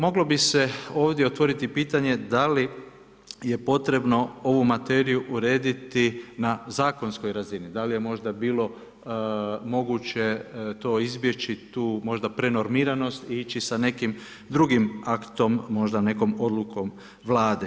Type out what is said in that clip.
Moglo bi se ovdje otvoriti pitanje da li je potrebno ovu materiju urediti na zakonskoj razini, da li je možda bilo moguće to izbjeći, tu možda prenormiranost, ići sa nekim drugim aktom, možda nekom odlukom Vlade.